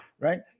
right